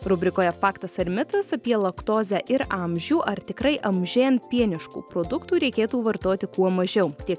rubrikoje faktas ar mitas apie laktozę ir amžių ar tikrai amžėjant pieniškų produktų reikėtų vartoti kuo mažiau tiek